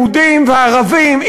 יהודים וערבים.